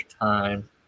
time